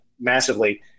massively